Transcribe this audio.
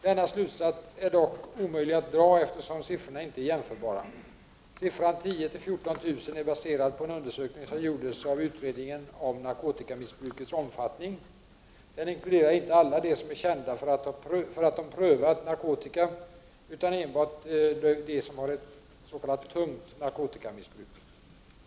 Denna slutsats är dock omöjlig att dra eftersom siffrorna inte är jämförbara. Siffran 10 000-14 000 är baserad på en undersökning som gjordes av utredningen om narkotikamissbrukets omfattning . Den inkluderar inte alla dem som är kända för att de prövat narkotika utan enbart de som har ett s.k. tungt narkotikamissbruk.